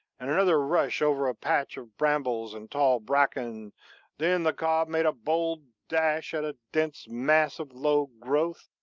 and another rush over a patch of brambles and tall bracken then the cob made a bold dash at a dense mass of low growth,